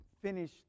finish